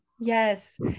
Yes